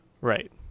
right